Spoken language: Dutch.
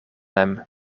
hem